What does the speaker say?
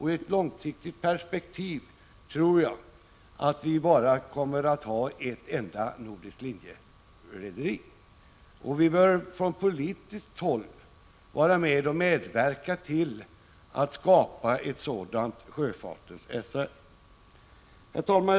I ett långsiktigt perspektiv tror jag att vi kommer att ha bara ett enda nordiskt linjerederi, och vi bör från politiskt håll medverka till att skapa ett sådant sjöfartens SAS. Herr talman!